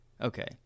Okay